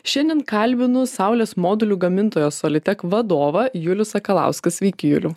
šiandien kalbinu saulės modulių gamintojo solitek vadovą julių sakalauską sveiki juliau